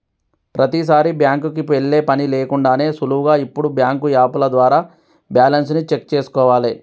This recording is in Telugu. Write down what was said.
ప్రతీసారీ బ్యాంకుకి వెళ్ళే పని లేకుండానే సులువుగా ఇప్పుడు బ్యాంకు యాపుల ద్వారా బ్యాలెన్స్ ని చెక్ చేసుకోవాలే